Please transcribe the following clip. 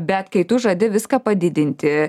bet kai tu žadi viską padidinti